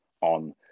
on